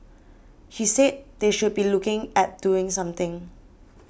he said they should be looking at doing something